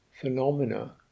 phenomena